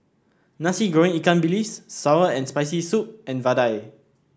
Nasi Goreng Ikan Bilis sour and Spicy Soup and vadai